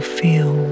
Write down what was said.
feel